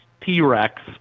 T-Rex